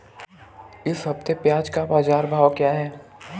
इस हफ्ते प्याज़ का बाज़ार भाव क्या है?